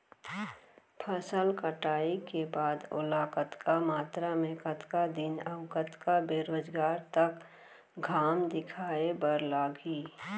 फसल कटाई के बाद ओला कतका मात्रा मे, कतका दिन अऊ कतका बेरोजगार तक घाम दिखाए बर लागही?